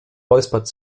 räuspert